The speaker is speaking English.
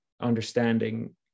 understanding